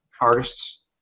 artists